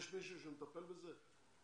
יש מישהו שמטפל בזה?